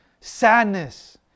sadness